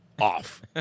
Off